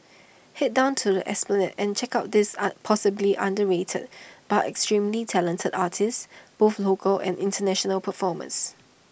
Head down to the esplanade and check out these are possibly underrated but extremely talented artists both local and International performance